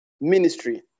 ministry